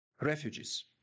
Refugees